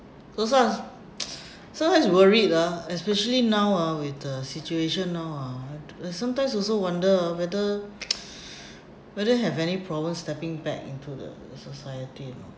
clo~ sometimes worried lah especially now ah with the situation now ah I I sometimes also wonder ah whether whether have any problems stepping back into the society you know